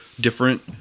different